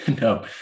no